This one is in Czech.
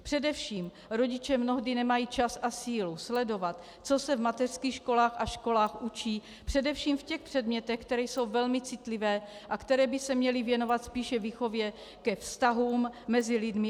Především rodiče mnohdy nemají čas a sílu sledovat, co se v mateřských školkách a školách učí především v těch předmětech, které jsou velmi citlivé a které by se měly věnovat spíše výchově ke vztahům mezi lidmi.